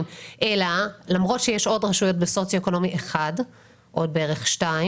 אלא למרות שיש עוד רשויות בסוציו אקונומי 1 או 2,